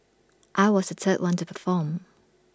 I was the third one to perform